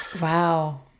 Wow